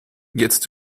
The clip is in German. jetzt